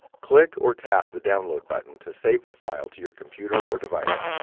click or tap the download button to save the file to your computer or device.